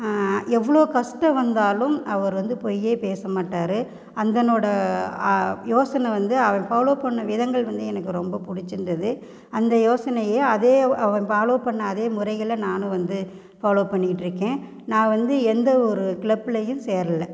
எவ்வளோ கஷ்டம் வந்தாலும் அவர் வந்து பொய்யே பேச மாட்டார் அந்தனோடய யோசனை வந்து அவர் ஃபாலோ பண்ண விதங்கள் வந்து எனக்கு ரொம்ப பிடிச்சிருந்தது அந்த யோசனையே அதே அவர் ஃபாலோ பண்ண அதே முறைகளை நானும் வந்து ஃபாலோ பண்ணிக்கிட்டிருக்கேன் நான் வந்து எந்த ஒரு க்ளப்புலேயும் சேரலை